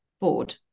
board